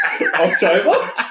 October